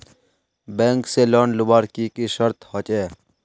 Bank से loan लुबार की की शर्त होचए?